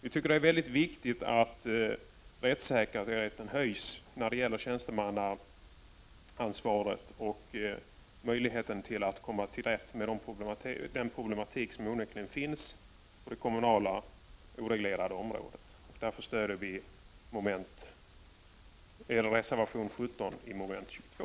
Vi tycker att det är viktigt att rättssäkerheten höjs på tjänstemannaansvarets område och att det finns möjlighet att komma till rätta med den problematik som onekligen finns på det oreglerade kommunala området. Därför stöder vi reservation 17 under mom. 22.